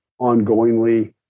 ongoingly